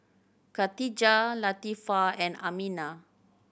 Katijah Latifa and Aminah